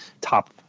top